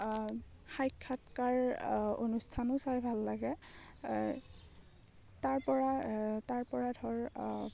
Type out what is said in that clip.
সাক্ষাৎকাৰ অনুষ্ঠানো চাই ভাল লাগে তাৰ পৰা তাৰ পৰা ধৰ